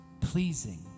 pleasing